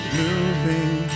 moving